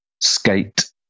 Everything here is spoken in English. skate